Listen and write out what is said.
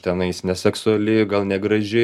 tenais neseksuali gal negraži